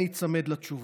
אני איצמד לתשובה.